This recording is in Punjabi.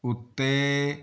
ਉੱਤੇ